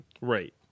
Right